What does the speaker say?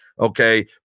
okay